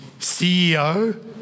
CEO